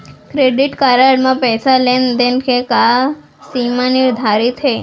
Credit card म पइसा लेन देन के का सीमा निर्धारित हे?